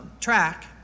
track